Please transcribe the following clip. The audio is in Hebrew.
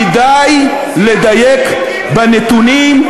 אז שקודם ראש הממשלה, כדאי לדייק בנתונים,